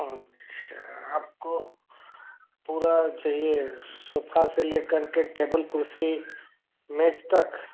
अच्छा आपको पूरा चहिए सोफ़ा से लेकर के टेबल कुर्सी मेज़ तक